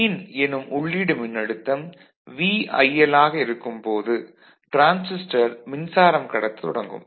Vin எனும் உள்ளீடு மின்னழுத்தம் VIL ஆக இருக்கும் போது டிரான்சிஸ்டர் மின்சாரம் கடத்தத் தொடங்கும்